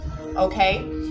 okay